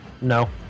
No